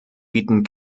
bieten